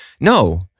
no